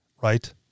right